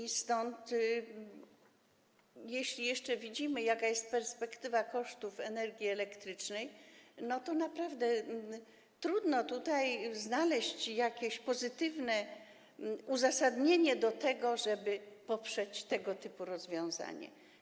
I stąd jeśli jeszcze widzimy, jaka jest perspektywa w zakresie kosztów energii elektrycznej, to naprawdę trudno tutaj znaleźć jakieś pozytywne uzasadnienie, żeby poprzeć tego typu rozwiązanie.